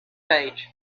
page